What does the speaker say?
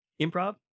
improv